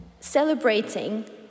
celebrating